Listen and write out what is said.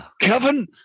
Kevin